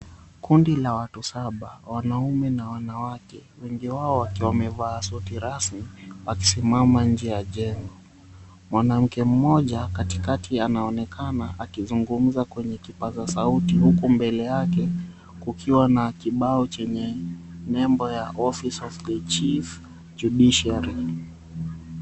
Kundi la watu saba, wanaume na wanawake wengi wao wakiwa wamevaa suti rasmi wakisimama nje ya njengo. Mwanamke mmoja katikati anaonekana akizungumza kwenye kipaza sauti huku mbele yake kukiwa na kibao chenye nembo ya, OFFICE OF THE CHIEF JUDICIARY.